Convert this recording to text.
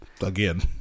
Again